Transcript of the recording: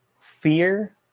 Fear